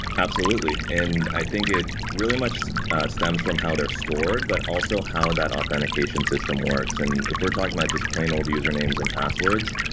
absolutely. and i think it really much stems from how they're stored, but also how that authentication systems works. and if we're talking about just plain old usernames and passwords,